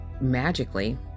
magically